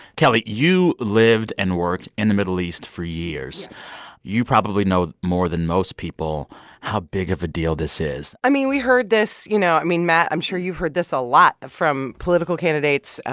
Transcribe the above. kelly, you lived and worked in the middle east for years yeah you probably know more than most people how big of a deal this is i mean, we heard this, you know i mean, matt, i'm sure you've heard this a lot from political candidates.